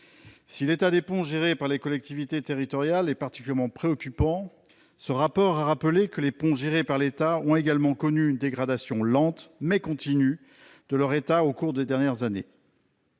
Si l'état des ponts gérés par les collectivités territoriales est particulièrement préoccupant, ce rapport rappelle également que les ponts gérés par l'État ont connu une dégradation lente, mais continue de leur état au cours des dernières années.